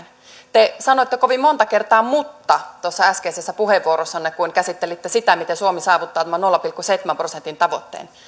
te sanoitte kovin monta kertaa mutta tuossa äskeisessä puheenvuorossanne kun käsittelitte sitä miten suomi saavuttaa tämän nolla pilkku seitsemän prosentin tavoitteen